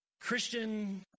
Christian